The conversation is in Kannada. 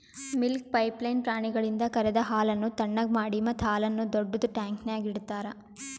ಮಿಲ್ಕ್ ಪೈಪ್ಲೈನ್ ಪ್ರಾಣಿಗಳಿಂದ ಕರೆದ ಹಾಲನ್ನು ಥಣ್ಣಗ್ ಮಾಡಿ ಮತ್ತ ಹಾಲನ್ನು ದೊಡ್ಡುದ ಟ್ಯಾಂಕ್ನ್ಯಾಗ್ ಇಡ್ತಾರ